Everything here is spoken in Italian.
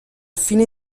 fine